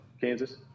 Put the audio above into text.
Kansas